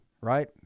right